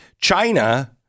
China